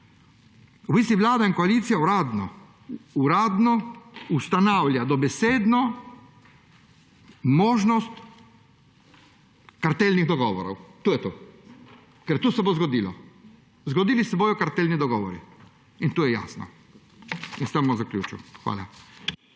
bistvu vlada in koalicija uradno ustanavlja dobesedno možnost kartelnih dogovorov. To je to. Ker to se bo zgodilo. Zgodili se bodo kartelni dogovori, in to je jasno. In s tem bom zaključil. Hvala.